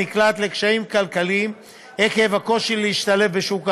הנקלעת לקשיים כלכליים עקב הקושי להשתלב בשוק העבודה,